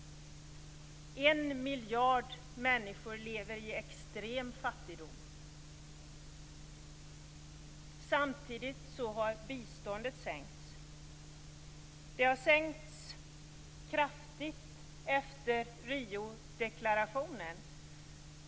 1 miljard människor lever i extrem fattigdom. Samtidigt har biståndet sänkts kraftigt efter Riodeklarationen.